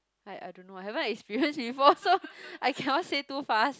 I I don't know I haven't experience before so I cannot say too fast